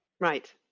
Right